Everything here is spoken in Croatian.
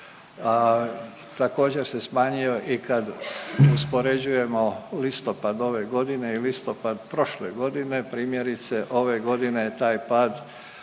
također se smanjio i kad uspoređujemo listopad ove godine i listopad prošle godine, primjerice, ove godine je taj pad